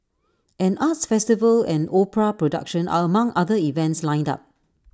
an arts festival and opera production are among other events lined up